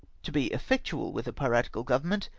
to be effectual with a pkatical government,